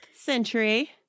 century